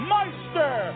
Meister